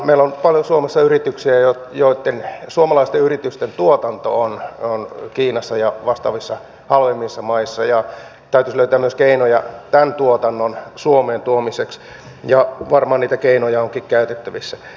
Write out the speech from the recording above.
meillä on paljon suomalaisia yrityksiä joitten tuotanto on kiinassa ja vastaavissa halvemmissa maissa ja täytyisi löytää myös keinoja tämän tuotannon suomeen tuomiseksi ja varmaan niitä keinoja onkin käytettävissä